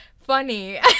funny